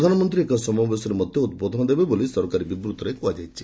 ପ୍ରଧାନମନ୍ତ୍ରୀ ଏକ ସମାବେଶରେ ମଧ୍ୟ ଉଦ୍ବୋଧନ ଦେବେ ବୋଲି ସରକାରୀ ବିବୃତ୍ତିରେ କୁହାଯାଇଛି